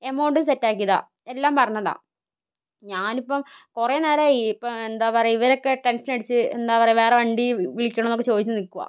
എമൗണ്ടും set ആക്കിയതാണ് എല്ലാം പറഞ്ഞതാണ് ഞാൻ ഇപ്പം കുറെ നേരമായി ഇപ്പം എന്താ പറയുക ഇവരൊക്കെ ടെൻഷനടിച്ച് എന്താ പറയുക വേറെ വണ്ടി വിളിക്കണോന്നൊക്കെ ചോദിച്ചു നിൽക്കുവാണ്